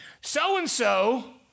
so-and-so